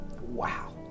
Wow